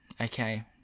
okay